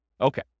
Okay